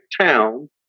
town